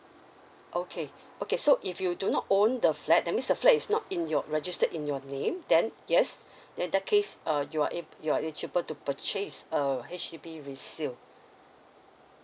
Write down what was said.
okay okay so if you do not own the flat that means the flat is not in your registered in your name then yes then that case uh you are ab~ you are eligible to purchase a H_D_B resale